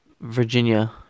Virginia